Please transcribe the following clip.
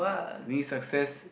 need success